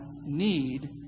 need